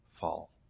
fall